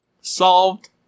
Solved